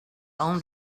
own